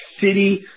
City